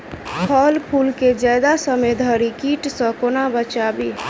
फल फुल केँ जियादा समय धरि कीट सऽ कोना बचाबी?